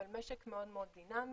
אבל משק מאוד מאוד דינאמי.